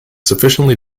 sufficiently